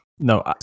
No